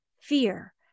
fear